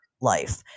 life